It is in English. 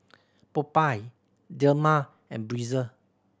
Popeye Dilmah and Breezer